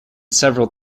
several